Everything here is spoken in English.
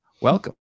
welcome